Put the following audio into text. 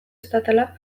estatala